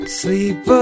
sleep